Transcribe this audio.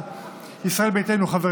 חבר